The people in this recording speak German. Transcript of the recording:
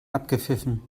abgepfiffen